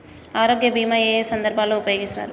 ఆరోగ్య బీమా ఏ ఏ సందర్భంలో ఉపయోగిస్తారు?